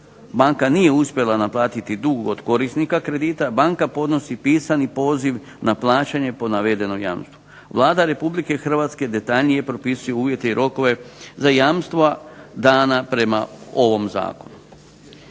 banka nije uspjela naplatiti dug od korisnika kredita banka podnosi pisani poziv na plaćanje po navedenom jamstvu. Vlada Republike Hrvatske detaljnije propisuje uvjete i rokove za jamstva dana prema ovom Zakonu.